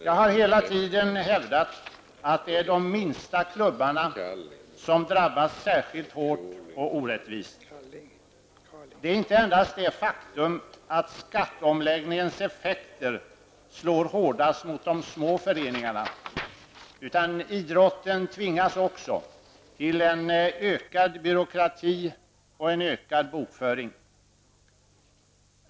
Jag har hela tiden hävdat att det är de minsta klubbarna som drabbas särskilt hårt och orättvist. Det är inte endast det faktum att skatteomläggningens effekter slår hårdast mot de små föreningarna, utan idrotten tvingas också till en ökad byråkrati och bokföring.